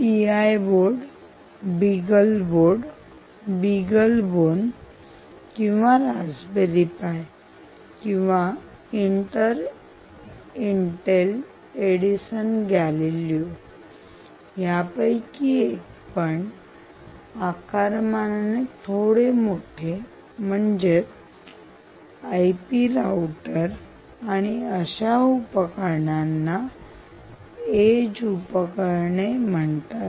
TI board beagle board beagle bone किंवा raspberry pi किंवा inter Intel Edison Galileo यापैकी एक पण आकारमानाने थोडे मोठे म्हणजेच आईपी राउटर आणि अशा उपकरणांना EDGED येज उपकरणे म्हणतात